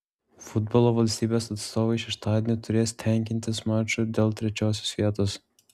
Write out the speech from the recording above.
futbolo valstybės atstovai šeštadienį turės tenkintis maču dėl trečiosios vietos